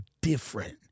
different